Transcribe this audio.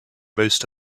most